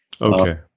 Okay